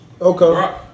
okay